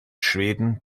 schweden